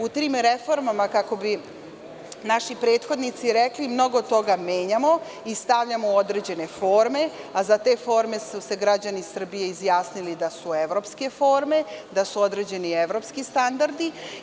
U tim reformama, kako bi naši prethodnici rekli, mnogo toga menjamo i stavljamo u određene forme, a za te forme su se građani Srbije izjasnili da su evropske forme, da su određeni evropski standardi.